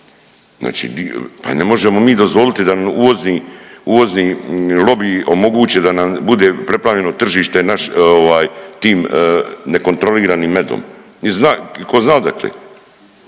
znači, pa ne možemo mi dozvoliti da uvozni, uvozni lobiji omoguće da nam bude preplavljeno tržište ovaj tim nekontroliranim medom i zna, ko zna odakle